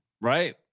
Right